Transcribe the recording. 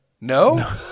No